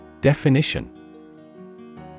Definition